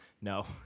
no